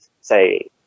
say